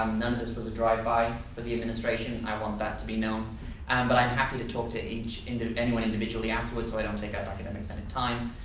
um none of this was a drive by for the administration. i want that to be known and but i'm happy to talk to each and and anyone individually afterward so i don't take up academic senate time.